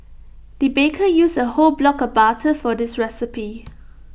the baker used A whole block of butter for this recipe